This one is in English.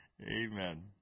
Amen